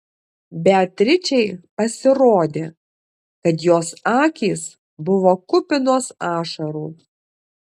beatričei pasirodė kad jos akys buvo kupinos ašarų